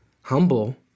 humble